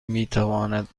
میتواند